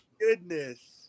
goodness